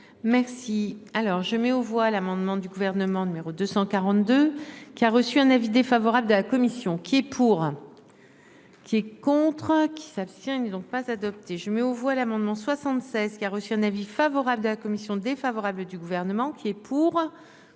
Merci. Alors je mets aux voix l'amendement du gouvernement numéro 242 qui a reçu un avis défavorable de la commission qui est pour. Qui est contre qui s'abstient ils ne ont pas adopté, je mets aux voix l'amendement 76 qui a reçu un avis favorable de la commission défavorable du gouvernement qui est pour,